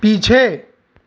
पीछे